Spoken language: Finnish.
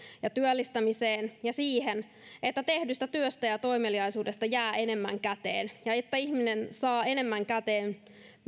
työllistämiseen ja siihen että tehdystä työstä ja toimeliaisuudesta jää enemmän käteen ja että ihminen saa enemmän käteen